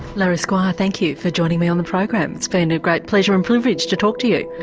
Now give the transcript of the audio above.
larry squire, thank you for joining me on the program, it's been a great pleasure and privilege to talk to you.